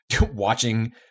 watching